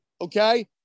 okay